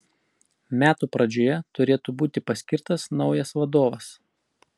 metų pradžioje turėtų būti paskirtas naujas vadovas